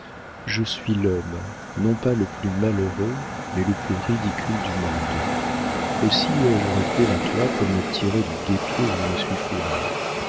je suis l'homme non pas le plus malheureux mais le plus ridicule du monde aussi ai-je recours à toi pour me tirer du guêpier où je me suis fourré